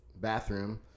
bathroom